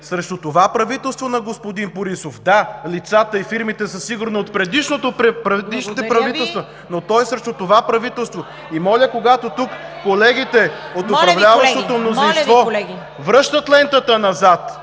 Срещу това правителство на господин Борисов. Да, лицата и фирмите са сигурно от предишните правителства, но той е срещу това правителство. (Шум и реплики в ГЕРБ.) Моля, когато колегите от управляващото мнозинство връщат лентата назад,